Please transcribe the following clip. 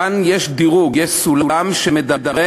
כאן יש דירוג, יש סולם שמדרג.